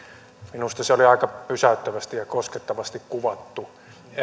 minusta se oli aika pysäyttävästi ja koskettavasti kuvattu